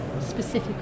specific